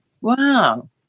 Wow